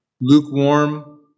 Lukewarm